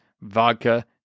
vodka